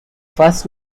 first